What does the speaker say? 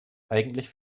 eigentlich